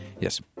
Yes